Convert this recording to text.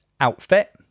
outfit